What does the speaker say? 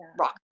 rock